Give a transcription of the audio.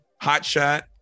hotshot